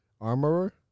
Armorer